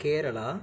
Kerala